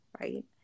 right